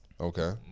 Okay